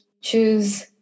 choose